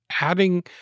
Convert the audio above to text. adding